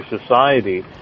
society